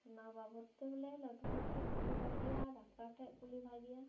ᱚᱱᱟ ᱵᱟᱵᱚᱫ ᱛᱮ ᱵᱚᱞᱮ ᱞᱟᱹᱴᱩ ᱦᱚᱲ ᱴᱷᱮᱱ ᱠᱩᱞᱤ ᱵᱷᱟᱹᱜᱤᱭᱟ ᱰᱟᱠᱛᱟᱨ ᱴᱷᱮᱱ ᱠᱩᱞᱤ ᱵᱷᱟᱹᱜᱤᱭᱟ